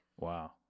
Wow